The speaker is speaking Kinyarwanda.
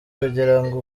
kugirango